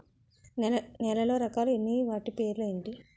నేలలో రకాలు ఎన్ని వాటి పేర్లు ఏంటి?